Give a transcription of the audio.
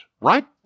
right